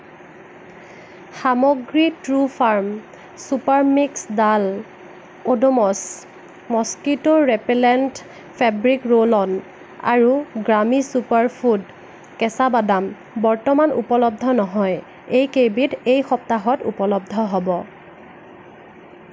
সামগ্ৰী true farm super mix dal Odomos mosquito repellent fabric roll on আৰু Grami super food কেঁচা বাদাম বৰ্তমান উপলব্ধ নহয় এইকেইবিধ এই সপ্তাহত উপলব্ধ হ'ব